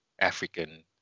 African